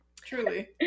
Truly